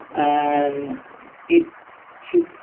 and it to